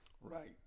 Right